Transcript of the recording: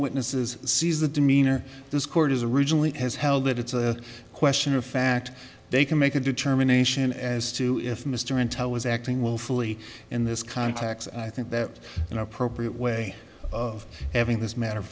witnesses sees the demeanor this court is originally has held that it's a question of fact they can make a determination as to if mr intel was acting willfully in this context i think that an appropriate way of having this matter